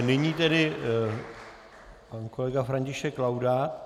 Nyní tedy pan kolega František Laudát.